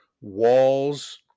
walls